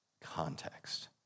context